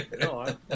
No